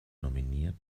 nominiert